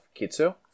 Kitsu